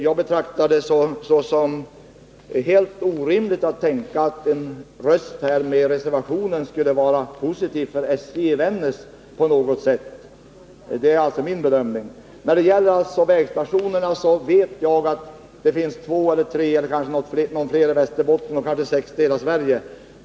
Jag betraktar det som helt orimligt att en röst för reservationen skulle vara positiv för SJ i Vännäs. Det är min bedömning. När det gäller vägstationerna vet jag att det rör sig om 2 eller 3 i Västerbotten — kanske någon mer — och 60 i hela Sverige.